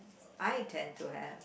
I tend to have